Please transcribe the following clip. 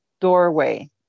doorway